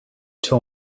till